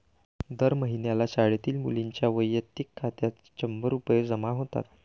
दर महिन्याला शाळेतील मुलींच्या वैयक्तिक खात्यात शंभर रुपये जमा होतात